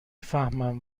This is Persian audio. فهمم